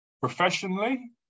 professionally